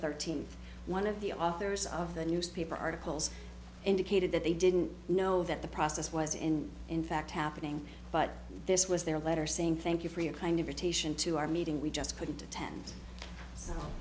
thirteenth one of the authors of the newspaper articles indicated that they didn't know that the process was in in fact happening but this was their letter saying thank you for your kind invitation to our meeting we just couldn't attend